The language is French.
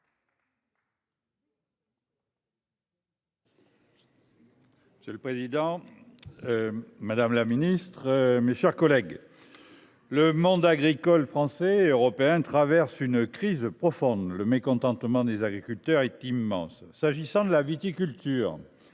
Monsieur le président, madame la ministre, mes chers collègues, le monde agricole français et européen traverse une crise profonde. Le mécontentement des agriculteurs est immense. Pour leur part, les viticulteurs